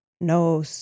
No